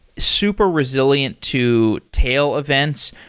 super resilient to tail events,